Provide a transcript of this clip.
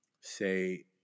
say